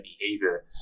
behavior